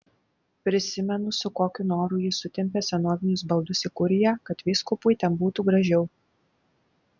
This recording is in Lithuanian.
prisimenu su kokiu noru jis sutempė senovinius baldus į kuriją kad vyskupui ten būtų gražiau